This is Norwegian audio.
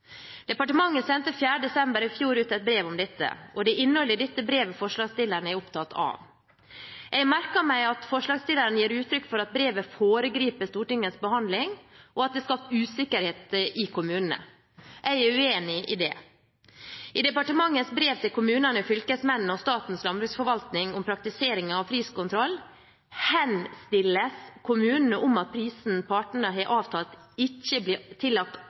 Departementet sendte 4. desember i fjor ut et brev om dette, og det er innholdet i dette brevet forslagsstillerne er opptatt av. Jeg har merket meg at forslagsstillerne gir uttrykk for at brevet foregriper Stortingets behandling, og at det har skapt usikkerhet i kommunene. Jeg er uenig i det. I departementets brev til kommunene, fylkesmennene og Statens landbruksforvaltning om praktiseringen av priskontroll henstilles det til kommunene om at prisen partene har avtalt, ikke